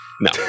no